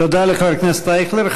תודה לחבר הכנסת אייכלר.